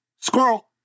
squirrel